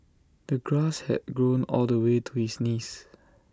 the grass had grown all the way to his knees